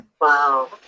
Wow